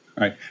Right